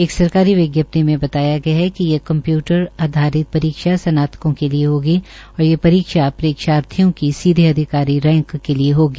एक सरकारी विज्ञप्ति में बताया गया है कि ये कम्प्यूटर आधारित परीक्षा स्नाताकों के लिये होगी और ये परीक्षा परीक्षार्थियों को सीधे अधिकारी रैंक के लिये होगी